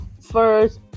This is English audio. First